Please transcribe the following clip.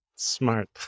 Smart